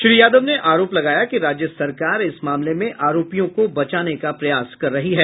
श्री यादव ने आरोप लगाया कि राज्य सरकार इस मामले में आरोपियों को बचाने का प्रयास कर रही है